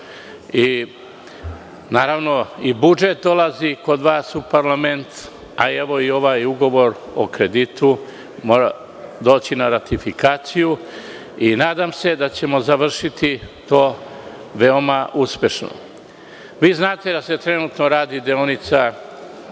Naravno i budžet dolazi kod vas u parlament, a evo i ovaj ugovor o kreditu će doći na ratifikaciju i nadam se da ćemo završiti to veoma uspešno. Znate da se trenutno radi deonica Ljig-Preljina